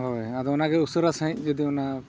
ᱦᱚᱭ ᱟᱫᱚ ᱚᱱᱟᱜᱮ ᱩᱥᱟᱹᱨᱟ ᱥᱟᱸᱦᱤᱡ ᱡᱩᱫᱤ ᱚᱱᱟ